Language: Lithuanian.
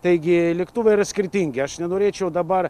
taigi lėktuvai yra skirtingi aš nenorėčiau dabar